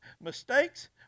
Mistakes